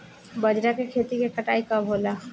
बजरा के खेती के कटाई कब होला?